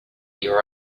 your